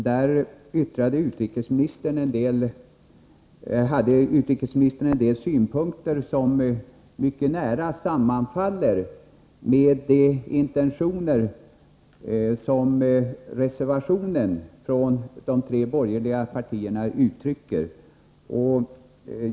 Där anförde utrikesministern en del synpunkter som mycket nära sammanfaller med de intentioner som reservationen från de tre borgerliga partierna uttrycker.